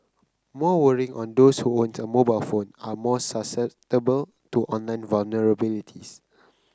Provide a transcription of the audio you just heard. more worrying on those who own a mobile phone are more susceptible to online vulnerabilities